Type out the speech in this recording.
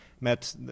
met